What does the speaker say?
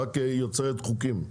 רק יוצרת חוקים.